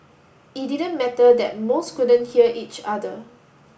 it didn't matter that most couldn't hear each other